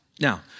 Now